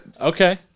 okay